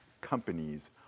companies